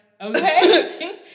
Okay